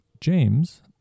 James